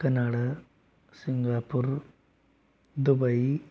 Canada Singapore Dubai